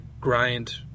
grind